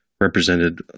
represented